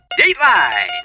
Dateline